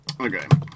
Okay